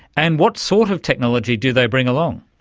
and what sort of technology do they bring along?